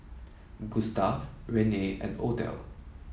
Gustav Renae and Odell